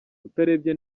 utarebye